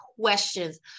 questions